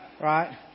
Right